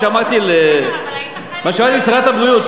מה שאמרתי לשרת הבריאות.